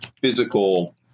physical